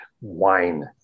wine